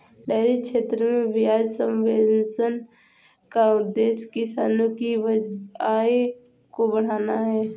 dairy क्षेत्र में ब्याज सब्वेंशन का उद्देश्य किसानों की आय को बढ़ाना है